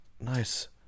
nice